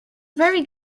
very